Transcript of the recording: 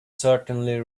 certainly